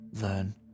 learn